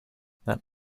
that